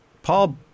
Paul